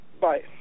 Bye